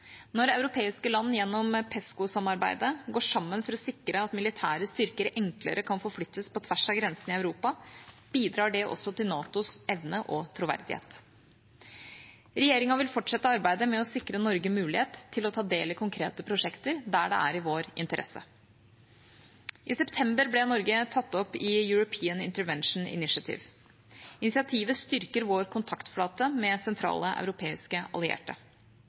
Når europeiske land gjennom PESCO-samarbeidet går sammen for å sikre at militære styrker enklere kan forflyttes på tvers av grensene i Europa, bidrar det også til NATOs evne og troverdighet. Regjeringa vil fortsette arbeidet med å sikre Norge mulighet til å ta del i konkrete prosjekter der det er i vår interesse. I september ble Norge tatt opp i European Intervention Initiative. Initiativet styrker vår kontaktflate med sentrale europeiske allierte.